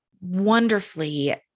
wonderfully